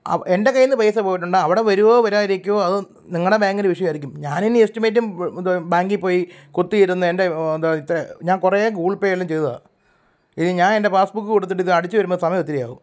എൻ്റെ കയ്യിൽ നിന്ന് പൈസ പോയിട്ടുണ്ട് അവിടെ വരുവോ വരാതിരിക്കുകയോ അത് നിങ്ങളുടെ ബാങ്കിൻറ്റെ വിഷയമായിരിക്കും ഞാനിനി എസ്റ്റിമേറ്റും ബ് ബ് ബാങ്കിൽ പോയി കുത്തിയിരുന്ന് എൻ്റെ ദ് ത് ഞാൻ കുറെ ഗൂഗിൾ പേയെല്ലാം ചെയ്തതാണ് ഇനി ഞാൻ എൻ്റെ പാസ്സ്ബുക്ക് എടുത്തിട്ട് ഇത് അടിച്ചു വരുമ്പോൾ സമയം ഒത്തിരിയാകും